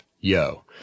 Yo